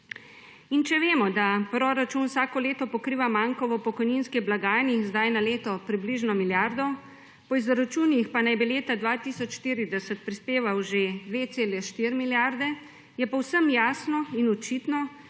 In če vemo, da proračun vsako leto pokriva manko v pokojninski blagajni in zdaj na leto približno milijardo, po izračunih pa naj bi leta 2040 prispeval že 2,4 milijarde, je povsem jasno in očitno,